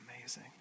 amazing